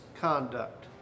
conduct